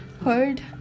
heard